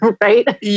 right